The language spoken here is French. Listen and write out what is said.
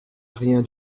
rien